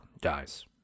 dies